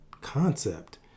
concept